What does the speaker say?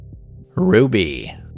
Ruby